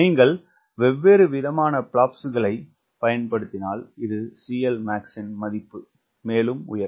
நீர் வெவ்வேறு விதமான பிளாப்ஸ்களை பயன்படுத்தினால் இது CLmax மதிப்பு மேலும் உயரும்